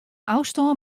ôfstân